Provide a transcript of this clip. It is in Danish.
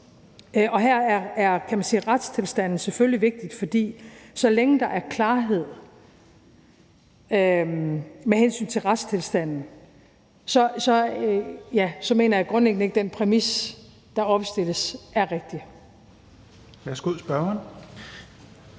man sige, retstilstanden selvfølgelig vigtig, for så længe der er klarhed med hensyn til retstilstanden, så mener jeg grundlæggende ikke, at den præmis, der opstilles, er rigtig.